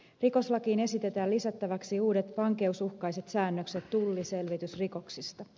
rikoslakiin esitetään lisättäväksi uudet vankeusuhkaiset säännökset tulliselvitysrikoksista